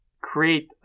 create